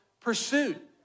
pursuit